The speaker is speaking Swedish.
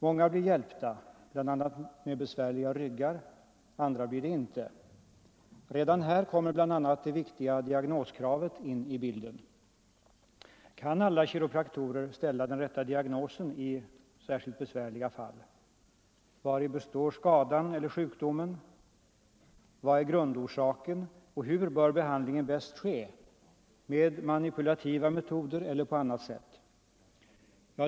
Många blir hjälpta, bl.a. med besvärliga ryggar. Andra blir det inte. Redan här kommer bl.a. det viktiga diagnoskravet in i bilden. Kan alla kiropraktorer ställa den rätta diagnosen i särskilt besvärliga fall? Vari består skadan eller sjukdomen? Vad är grundorsaken? Och hur bör behandlingen bäst ske — med manipulativa metoder eller på annat sätt?